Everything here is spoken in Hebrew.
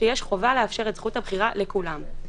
שיש חובה לאפשר את זכות הבחירה לכולם.